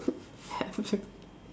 hair flip